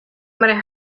matter